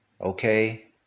okay